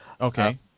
Okay